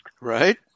Right